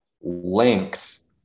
length